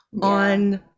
on